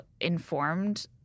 informed